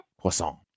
Croissant